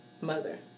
mother